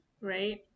right